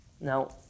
Now